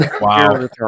Wow